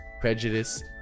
prejudice